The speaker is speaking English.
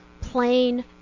plain